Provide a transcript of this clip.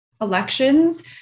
elections